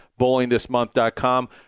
BowlingThisMonth.com